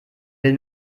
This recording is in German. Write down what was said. will